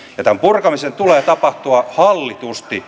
ja tämän purkamisen tulee tapahtua hallitusti